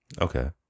Okay